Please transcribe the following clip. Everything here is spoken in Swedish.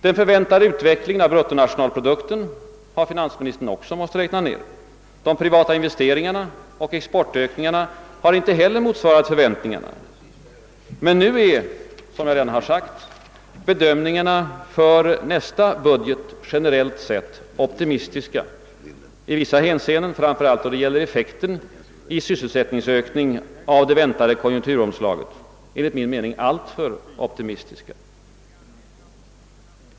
Den förväntade utvecklingen av bruttonationalprodukten har finansministern också måst räkna med. De privata investeringarna och exportökningarna har inte heller motsvarat förväntningarna. Men nu är, såsom jag redan sagt bedömningarna för nästa budget generellt sett optimistiska — i vissa avseenden, framför allt då det gäller effekten i sysselsättningsökning av det: väntade konjunkturomslaget, enligt min mening alltför optimistiska.